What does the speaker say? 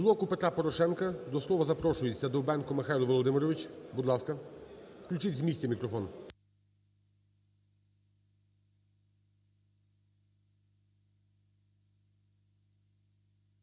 "Блоку Петра Порошенка" до слова запрошується Довбенко Михайло Володимирович. Будь ласка, включіть з місця мікрофон.